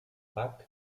bach